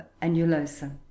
annulosa